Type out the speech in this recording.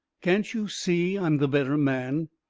can't you see i'm the better man?